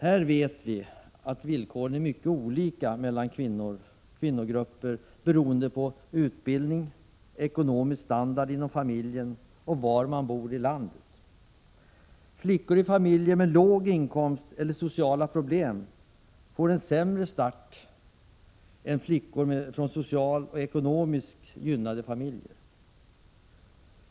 Här vet vi att villkoren är mycket olika mellan olika kvinnogrupper, beroende på utbildning, ekonomisk standard inom familjen och var man bor i landet. Flickor i familjer med låg inkomst eller sociala problem får en sämre start än flickor från socialt och ekonomiskt gynnade familjer.